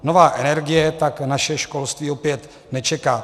Nová energie tak naše školství opět nečeká.